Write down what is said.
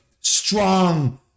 strong